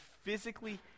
physically